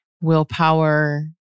Willpower